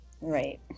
right